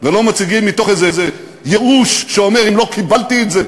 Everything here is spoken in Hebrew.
ולא משיגים מתוך איזה ייאוש שאומר: אם לא קיבלתי את זה,